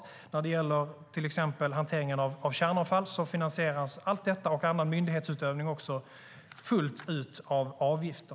Till exempel finansieras hanteringen av kärnavfall och även annan myndighetsutövning fullt ut av avgifter.